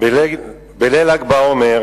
בליל ל"ג בעומר